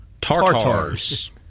Tartars